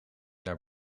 naar